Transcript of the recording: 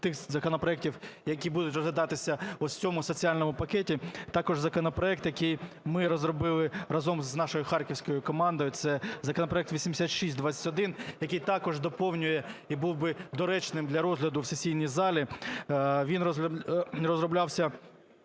тих законопроектів, які будуть розглядатися ось в цьому соціальному пакеті, також законопроект, який ми розробили разом з нашою харківською командою, – це законопроект 8621, який також доповнює і був би доречним для розгляду в сесійній залі, він розроблявся